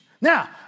Now